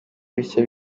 bishya